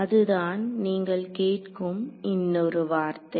அதுதான் நீங்கள் கேட்கும் இன்னொரு வார்த்தை